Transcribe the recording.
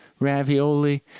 ravioli